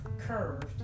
curved